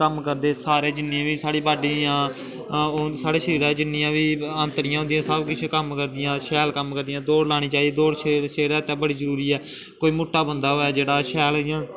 कम्म करदे सारे जिन्नी बी साढ़ी बाडी जां हून साढ़े शरीरा च जिन्नियां बी आंतड़ियां होंदियां सब किश कम्म करदियां शैल कम्म करदियां दौड़ लानी चाहिदी दौड़ सेह्त सेह्त अस्तै बड़ी जरूरी ऐ कोई मुट्टा बंदा होऐ जेह्ड़ा शैल इ'यां